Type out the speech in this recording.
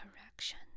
correction